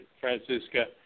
Francisca